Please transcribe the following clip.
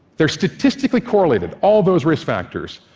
they're statistically correlated, all those risk factors,